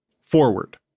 Forward